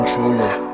Controller